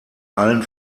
allen